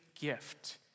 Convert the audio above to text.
gift